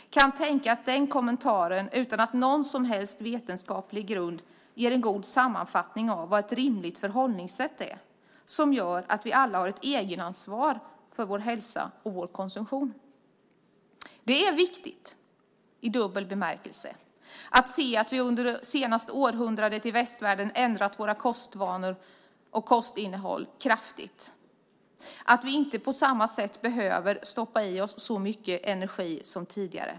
Jag kan tänka mig att den kommentaren, utan någon som helst vetenskaplig grund, ger en god sammanfattning av vad ett rimligt förhållningssätt är och gör att vi alla har ett egenansvar för vår hälsa och konsumtion. Det är viktigt i dubbel bemärkelse att se att vi i västvärlden under det senaste århundradet kraftigt ändrat våra kostvanor och kostinnehåll. Vi behöver inte stoppa i oss lika mycket energi som tidigare.